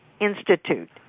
Institute